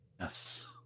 Yes